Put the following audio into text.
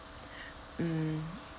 mm